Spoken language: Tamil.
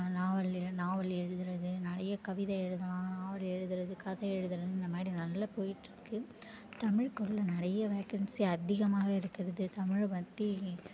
நாவல் நாவல் எழுதுவது நிறைய கவிதை எழுதலாம் நாவல் எழுதுவது கதை எழுதுவது இந்த மாதிரி நல்ல போயிட்டிருக்கு தமிழ் ஸ்கூலில் நிறைய வேகன்சி அதிகமாகவே இருக்கிறது தமிழ் பற்றி